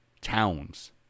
towns